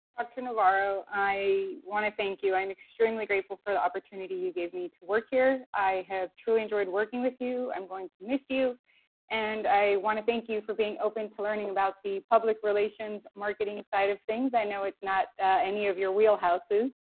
dr. navarro, i wanna thank you. i am extremely grateful for the opportunity you gave me to work here, i have truly enjoyed working with you. i'm going to miss you and i wanna thank you for being open to learning about the public relations marketing side of things. i know it's not any of your wheelhouses.